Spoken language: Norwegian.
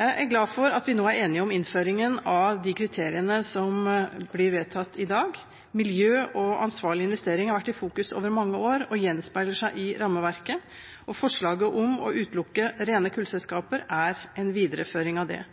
Jeg er glad for at vi nå er enige om innføringen av de kriteriene som blir vedtatt i dag. Miljø og ansvarlige investeringer har vært i fokus over mange år og gjenspeiler seg i rammeverket, og forslaget om å utelukke rene kullselskaper er en videreføring av det.